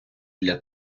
для